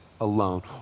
alone